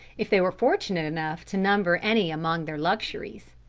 if they were fortunate enough to number any among their luxuries.